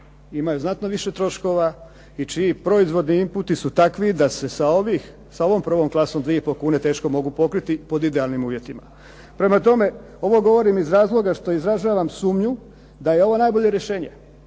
imaju znatno više troškova i čiji proizvodni imputi su takvi da se sa ovih, sa ovom prvom klasom dvije i pol kune teško mogu pokriti pod idealnim uvjetima. Prema tome, ovo govorim iz razloga što izražavam sumnju da je ovo najbolje rješenje